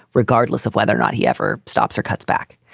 regardless of whether or not he ever stops or cuts back.